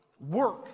work